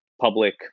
public